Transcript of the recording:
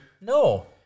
No